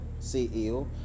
CEO